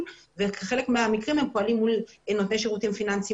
ובחלק מהמקרים הם פועלים מול נו תני שירותים פיננסיים